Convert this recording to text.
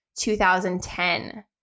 2010